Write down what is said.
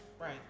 right